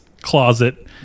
closet